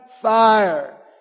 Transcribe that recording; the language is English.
fire